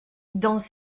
dans